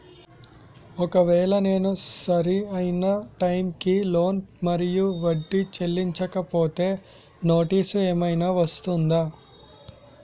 ఒకవేళ నేను సరి అయినా టైం కి లోన్ మరియు వడ్డీ చెల్లించకపోతే నోటీసు ఏమైనా వస్తుందా?